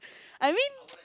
I mean